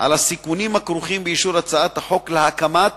על הסיכונים הכרוכים באישור הצעת החוק להקמת